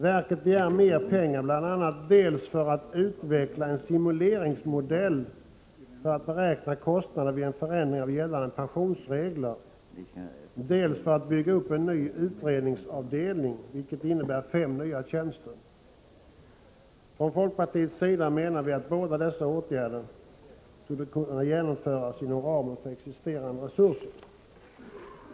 Verket begär mer pengar bl.a. dels för att utveckla en simuleringsmodell för att beräkna kostnaderna vid en förändring av gällande pensionsregler, dels för att bygga upp en ny utredningsavdelning, för vilket krävs fem nya tjänster. Från folkpartiets sida menar vi att båda dessa åtgärder torde kunna genomföras inom ramen för existerande resurser.